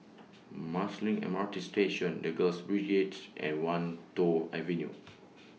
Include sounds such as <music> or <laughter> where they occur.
Marsiling M R T Station The Girls Brigades and Wan Tho Avenue <noise>